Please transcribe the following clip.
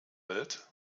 welt